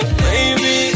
baby